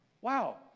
Wow